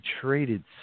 traded